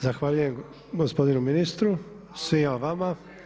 Zahvaljujem gospodinu ministru i svima vama.